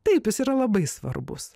taip jis yra labai svarbus